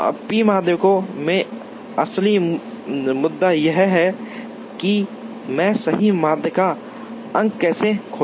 P माध्यिका में असली मुद्दा यह है कि मैं सही माध्यिका अंक कैसे खोजूं